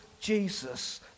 Jesus